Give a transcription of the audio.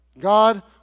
God